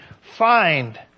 find